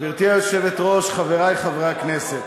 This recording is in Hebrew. גברתי היושבת-ראש, חברי חברי הכנסת,